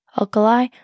Alkali